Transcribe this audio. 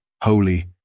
holy